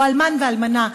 או אלמן ואלמנה,